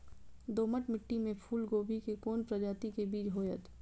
दोमट मिट्टी में फूल गोभी के कोन प्रजाति के बीज होयत?